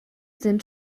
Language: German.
sind